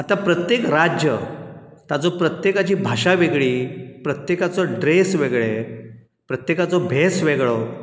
आतां प्रत्येक राज्य ताजो प्रत्येकाची भाशा वेगळी प्रत्येकाचो ड्रेस वेगळे प्रत्येकाचो भेस वेगळो